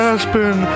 Aspen